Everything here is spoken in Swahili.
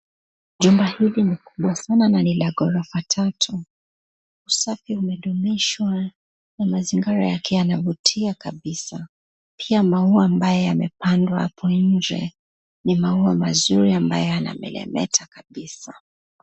Jumba hili ni kubwa sana na ni la ghorofa tatu, usafi umedumishwa na mazingara yake yanavutia kabisa pia maua ambayo yamepandwa hapo nje ni maua mazuri ambayo yanameremeta kabisa.